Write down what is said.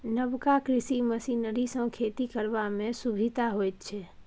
नबका कृषि मशीनरी सँ खेती करबा मे सुभिता होइ छै